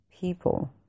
People